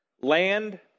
land